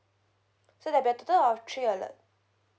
so there'll be a total of three alert